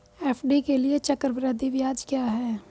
FD के लिए चक्रवृद्धि ब्याज क्या है?